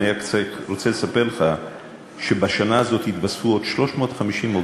אני רק רוצה לספר לך שבשנה הזאת התווספו עוד 350 עובדים